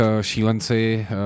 šílenci